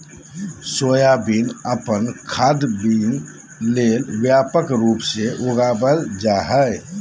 soybean अपन खाद्य bean ले व्यापक रूप से उगाल जा हइ